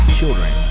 children